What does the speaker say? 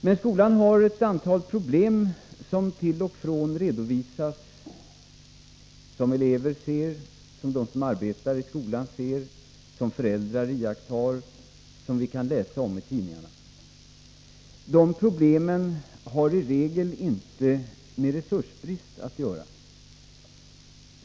Men skolan har ett antal problem som till och från redovisas — problem som elever ser, som de som arbetar i skolan ser, som föräldrar iakttar och som vi kan läsa om i tidningarna. De problemen har i regel inte med resursbrist att göra.